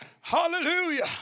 Hallelujah